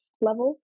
level